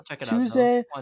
Tuesday